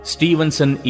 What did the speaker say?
Stevenson